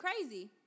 crazy